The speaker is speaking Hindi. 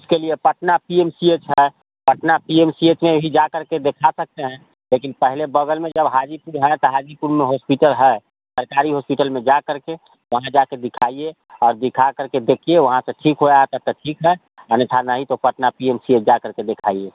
तो उसके लिए Patna P M C H है Patna P M C H में ही जा करके देखा सकते हैं लेकिन पहले बगल में जब हाजीपुर है तो हाजीपुर में हॉस्पिटल है सरकारी हॉस्पिटल में जा करके वहाँ जाकर दिखाइए और दिखा करके देखिए वहाँ से ठीक हो रहा है तो ठीक है अन्यथा नहीं तो Patna P M C H जाकर के दिखाइए